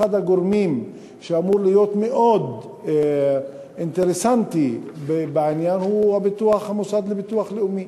אחד הגורמים שאמור להיות מאוד אינטרסנטי בעניין הוא המוסד לביטוח לאומי.